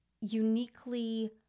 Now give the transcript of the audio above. uniquely